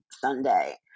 Sunday